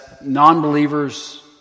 non-believers